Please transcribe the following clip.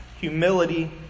humility